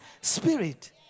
spirit